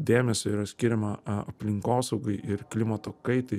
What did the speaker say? dėmesio yra skiriama aplinkosaugai ir klimato kaitai